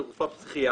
תרופה פסיכיאטרית,